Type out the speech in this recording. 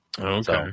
Okay